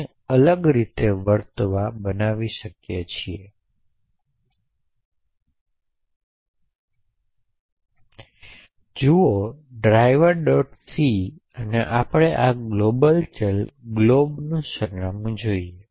c અને આપણે આ ગ્લોબલ ચલ glob નું સરનામું જોઇયે